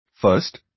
First